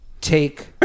take